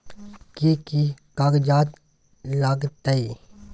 कि कि कागजात लागतै?